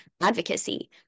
advocacy